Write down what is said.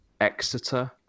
Exeter